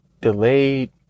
Delayed